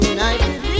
United